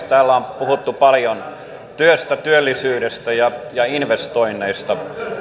täällä on puhuttu paljon työstä työllisyydestä ja investoinneista